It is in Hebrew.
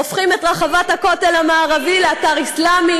הופכים את רחבת הכותל המערבי לאתר אסלאמי.